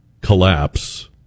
collapse